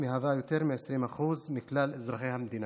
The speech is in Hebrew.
מהווה יותר מ-20% מכלל אזרחי המדינה.